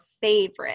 favorite